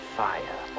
fire